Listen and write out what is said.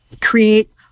create